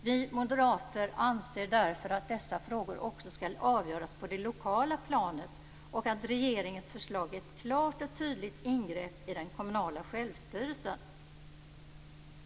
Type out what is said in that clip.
Vi moderater anser därför också att dessa frågor skall avgöras på det lokala planet och att regeringens förslag är ett klart och tydligt ingrepp i den kommunala självstyrelsen.